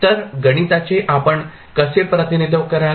तर गणिताचे आपण कसे प्रतिनिधित्व कराल